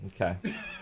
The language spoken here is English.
Okay